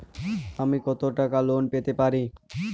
আমি কত টাকা লোন পেতে পারি?